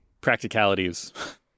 practicalities